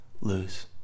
lose